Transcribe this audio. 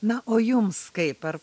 na o jums kaip ar